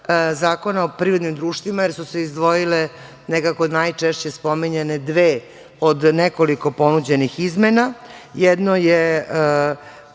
Zakona o privrednim društvima, jer su se izdvojile nekako najčešće spominjane dve od nekoliko ponuđenih izmena. Jedno je